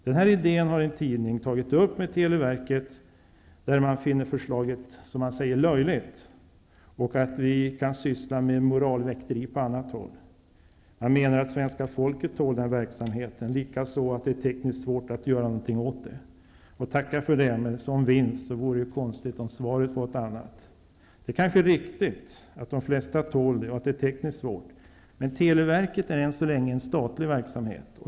Den här idén har en tidning tagit upp med televerket, där man finner förslaget löjligt och säger att vi kan syssla med moralväkteri på annat håll. Man menar att svenska folket tål den här verksamheten och att det är tekniskt svårt att göra någonting åt den. Tacka för det. Med en sådan vinst vore det konstigt om svaret skulle vara ett annat. Det är kanske riktigt att de flesta tål detta och att det är tekniskt svårt. Men televerket är än så länge en statlig verksamhet.